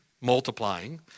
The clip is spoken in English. multiplying